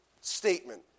statement